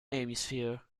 hemisphere